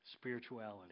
Spirituality